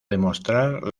demostrar